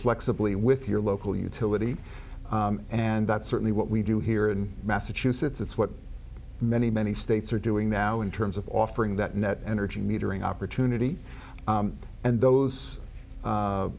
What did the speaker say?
flexibly with your local utility and that's certainly what we do here in massachusetts it's what many many states are doing now in terms of offering that net energy metering opportunity and those